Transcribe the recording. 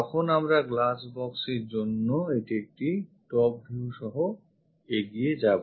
তখন আমরা glass boxএর জন্য একটি top view সহ এগিয়ে যাব